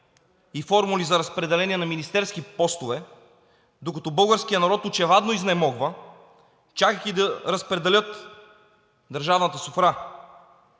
и формули за разпределение на министерски постове, докато българският народ очевадно изнемогва, чакайки да разпределят държавната софра.